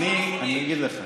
אני אגיד לך.